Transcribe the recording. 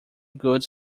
goods